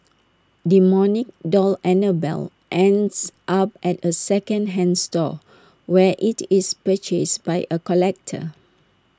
demonic doll Annabelle ends up at A second hand store where IT is purchased by A collector